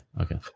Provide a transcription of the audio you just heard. okay